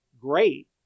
great